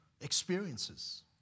experiences